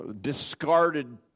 discarded